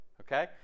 Okay